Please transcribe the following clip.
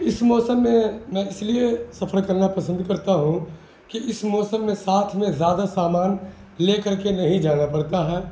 اس موسم میں میں اس لیے سفر کرنا پسند کرتا ہوں کہ اس موسم میں ساتھ میں زیادہ سامان لے کر کے نہیں جانا پڑتا ہے